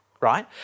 right